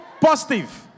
positive